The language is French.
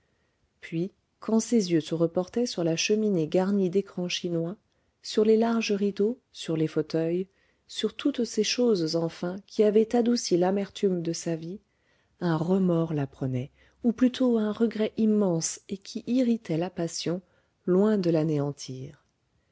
puis quand ses yeux se reportaient sur la cheminée garnie d'écrans chinois sur les larges rideaux sur les fauteuils sur toutes ces choses enfin qui avaient adouci l'amertume de sa vie un remords la prenait ou plutôt un regret immense et qui irritait la passion loin de l'anéantir